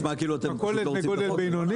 כי זה נשמע כאילו אתם פשוט לא רוצים את החוק.